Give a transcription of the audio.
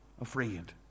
afraid